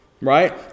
right